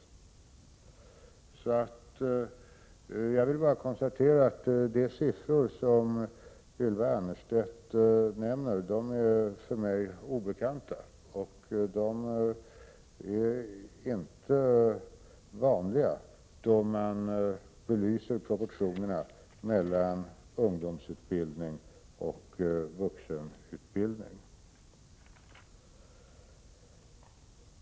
Jag konstaterar bara att de siffror som Ylva Annerstedt nämner är obekanta för mig, och det är inte vanligt att man använder dem då man belyser proportionerna mellan ungdomsutbildning och vuxenutbildning.